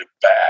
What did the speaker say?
bad